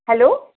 hello